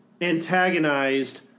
antagonized